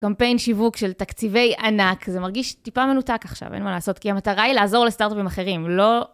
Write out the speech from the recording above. קמפיין שיווק של תקציבי ענק, זה מרגיש טיפה מנותק עכשיו, אין מה לעשות, כי המטרה היא לעזור לסטארט-אפים אחרים, לא...